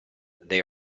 they